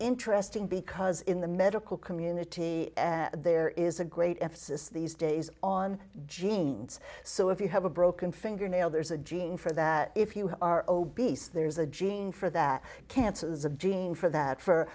interesting because in the medical community there is a great emphasis these days on genes so if you have a broken fingernail there's a gene for that if you are obese there's a gene for that cancers a gene for that for